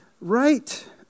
Right